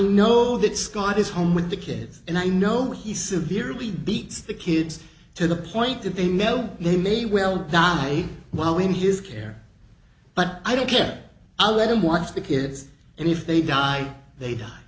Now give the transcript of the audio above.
know that scott is home with the kids and i know he superiorly beats the kids to the point that they know they may well die while in his care but i don't care i'll let him watch the kids and if they die they